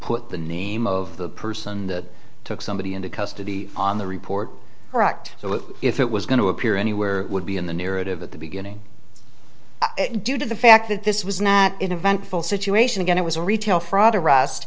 put the name of the person that took somebody into custody on the report correct so that if it was going to appear anywhere would be in the near it of at the beginning due to the fact that this was not eventful situation again it was a retail fraud arrest